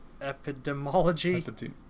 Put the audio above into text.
epidemiology